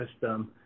system